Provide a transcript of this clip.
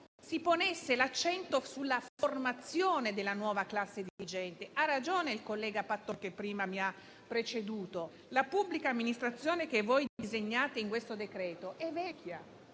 si ponesse l'accento sulla formazione della nuova classe dirigente. Ha ragione il collega Patton che mi ha preceduto: la pubblica amministrazione che voi disegnate in questo decreto è vecchia,